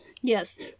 Yes